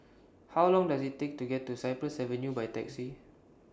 How Long Does IT Take to get to Cypress Avenue By Taxi